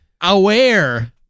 aware